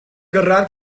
gyrraedd